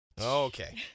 Okay